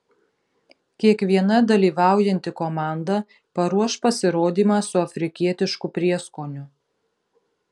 kiekviena dalyvaujanti komanda paruoš pasirodymą su afrikietišku prieskoniu